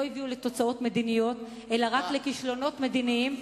לא הביאו לתוצאות מדיניות אלא רק לכישלונות מדיניים,